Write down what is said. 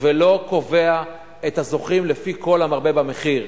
ולא קובע את הזוכים לפי כל המרבה במחיר.